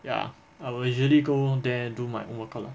ya I will usually go there and do my own work out lah